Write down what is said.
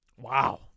Wow